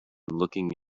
looking